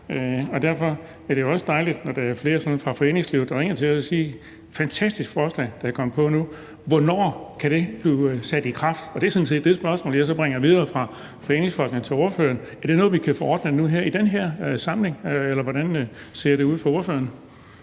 derfor er det jo også dejligt, når der er flere fra foreningslivet, der ringer til os og siger: Det er et fantastisk forslag, der er kommet op nu; hvornår kan det træde i kraft? Det er sådan set det spørgsmål, jeg bringer videre fra foreningsfolkene til ordføreren. Er det noget, vi kan få ordnet nu i den her samling, eller hvordan ser det ud fra ordførerens